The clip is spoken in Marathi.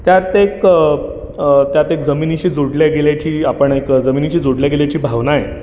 त्यात एक त्यात एक जमिनीशी जोडल्या गेल्याची आपण एक जमिनीशी जोडल्या गेल्याची भावना आहे